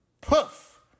poof